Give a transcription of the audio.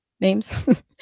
names